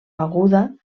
aguda